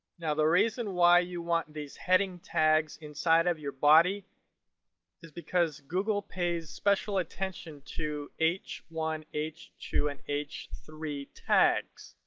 now the reason why you want these heading tags inside of your body is because google pays special attention to h one, h two, and h three tags.